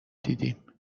دیدیم